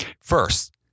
First